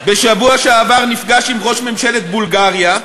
בשבוע שעבר נפגש עם ראש ממשלת בולגריה.